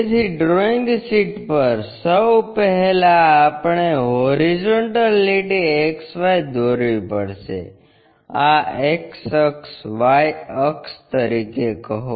તેથી drawing sheet પર સૌ પહેલા આપણે હોરિઝોન્ટલ લીટી XY દોરવી પડશે આ X અક્ષ Y અક્ષ તરીકે કહો